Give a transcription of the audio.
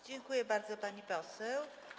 Dziękuję bardzo, pani poseł.